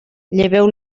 lleveu